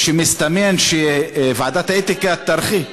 מסתמן שוועדת האתיקה תרחיק,